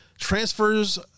transfers